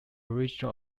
origin